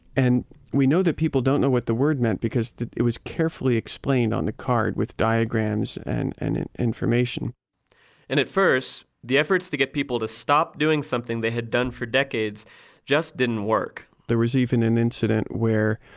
and we know that people don't know what the word meant, because it was carefully explained on the card with diagrams and and information and at first, the efforts to get people to stop doing something they had done for decades just didn't work there was even an incident where,